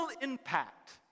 impact